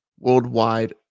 worldwide